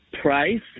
price